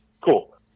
cool